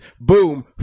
Boom